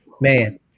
Man